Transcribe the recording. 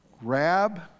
Grab